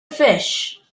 fish